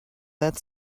that